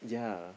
yeah